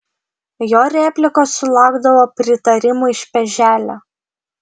jo replikos sulaukdavo pritarimo iš peželio